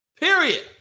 Period